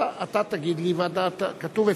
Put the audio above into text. אדוני היושב-ראש, חברי